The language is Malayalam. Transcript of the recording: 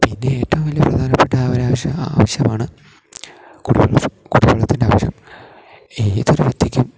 പിന്നെ ഏറ്റവും വലിയ പ്രധാനപ്പെട്ട ആ ഒരു ആവശ്യമാണ് കുടിവെള്ള കുടിവെള്ളത്തിൻ്റെ ആവശ്യം ഏതൊരു വ്യതിക്കും